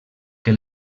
que